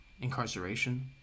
incarceration